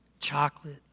Chocolate